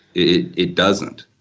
it it doesn't.